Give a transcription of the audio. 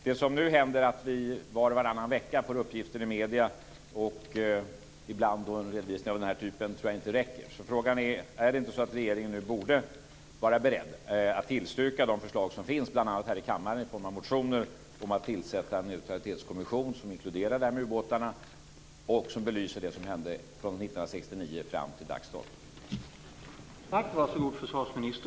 Det som nu händer, att vi var och varannan vecka får uppgifter i medierna och ibland en redovisning av den här typen, tror jag inte räcker. Frågan är alltså: Borde inte regeringen nu vara beredd att tillstyrka de förslag som finns, bl.a. i form av motioner här i riksdagen, om att tillsätta en neutralitetskommission vars arbete inkluderar frågan om ubåtarna och belyser det som hänt från 1969 och fram till dags dato?